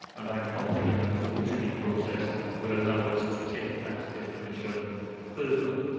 and i'm confident that the scrutiny process will allow us to take that definition further.